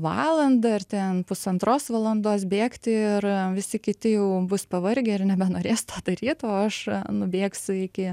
valandą ar ten pusantros valandos bėgti ir visi kiti jau bus pavargę ir nebenorės to daryt o aš nubėgsiu iki